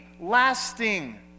lasting